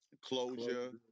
closure